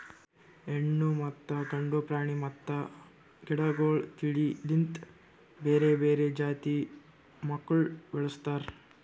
ಹೆಣ್ಣು ಮತ್ತ ಗಂಡು ಪ್ರಾಣಿ ಮತ್ತ ಗಿಡಗೊಳ್ ತಿಳಿ ಲಿಂತ್ ಬೇರೆ ಬೇರೆ ಜಾತಿ ಮಕ್ಕುಲ್ ಬೆಳುಸ್ತಾರ್